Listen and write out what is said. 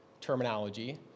terminology